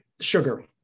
sugar